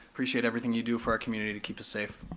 appreciate everything you do for our community to keep us safe.